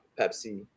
pepsi